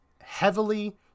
heavily